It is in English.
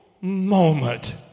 moment